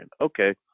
Okay